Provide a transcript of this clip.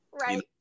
right